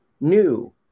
New